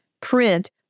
print